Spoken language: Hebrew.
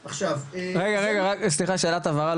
רגע סליחה שנייה, שאלת הבהרה.